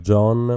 John